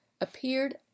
appeared